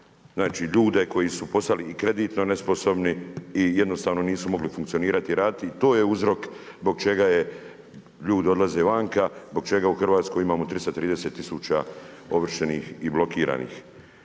znači ljude koji su postali i kreditno nesposobni i jednostavno nisu mogli funkcionirati i raditi i to je uzrok zbog čega ljudi odlaze vani, zbog čega u Hrvatskoj imamo 330 tisuća ovršenih i blokiranih.